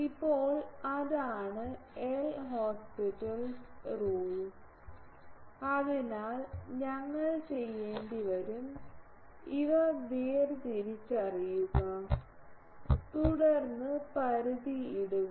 ഇപ്പോൾ അതാണ് L'Hospital rule അതിനാൽ ഞങ്ങൾ ചെയ്യേണ്ടിവരും ഇവ വേർതിരിച്ചറിയുക തുടർന്ന് പരിധി ഇടുക